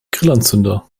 grillanzünder